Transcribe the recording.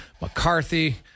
McCarthy